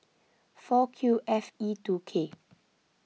four Q F E two K